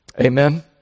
Amen